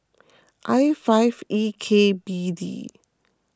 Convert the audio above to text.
I five E K B D